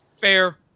Fair